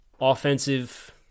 Offensive